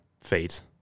fate